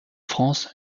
france